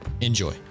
Enjoy